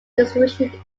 distribution